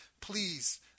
please